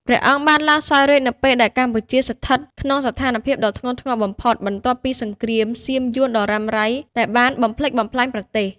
ព្រះអង្គបានឡើងសោយរាជ្យនៅពេលដែលកម្ពុជាស្ថិតក្នុងស្ថានភាពដ៏ធ្ងន់ធ្ងរបំផុត បន្ទាប់ពីសង្គ្រាមសៀម-យួនដ៏រ៉ាំរ៉ៃដែលបានបំផ្លិចបំផ្លាញប្រទេស។